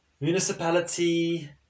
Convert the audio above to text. municipality